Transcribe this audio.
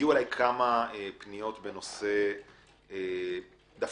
הגיעו אליי כמה פניות בנושא הפוך,